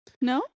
No